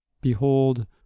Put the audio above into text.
behold